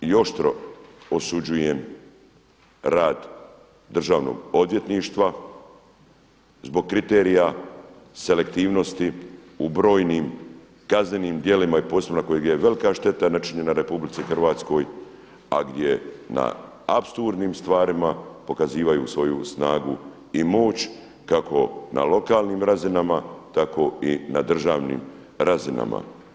Smatram i oštro osuđujem rad Državnog odvjetništva zbog kriterija selektivnosti u brojnim kaznenim djelima i posebno na kojem je velika šteta načinjena RH a gdje na apsurdnim stvarima pokazuju svoju snagu i moć kako na lokalnim razinama tako i na državnim razinama.